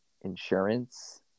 insurance